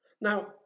Now